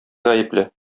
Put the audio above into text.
гаепле